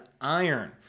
iron